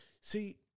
See